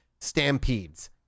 stampedes